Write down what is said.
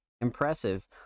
impressive